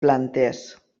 plantes